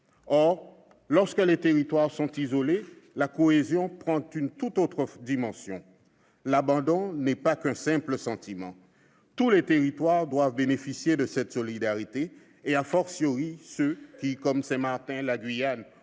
Or, lorsque les territoires sont isolés, la cohésion prend une tout autre dimension : l'abandon n'est pas qu'un simple sentiment. Tous les territoires doivent bénéficier de cette solidarité, ceux qui, comme Saint-Martin, la Guyane